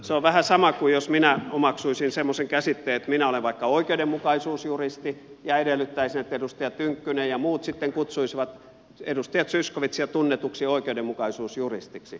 se on vähän sama kuin jos minä omaksuisin semmoisen käsitteen että minä olen vaikka oikeudenmukaisuusjuristi ja edellyttäisin että edustaja tynkkynen ja muut sitten kutsuisivat edustaja zyskowiczia tunnetuksi oikeudenmukaisuusjuristiksi